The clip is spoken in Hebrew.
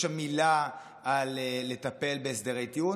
יש שם מילה על לטפל בהסדרי טיעון?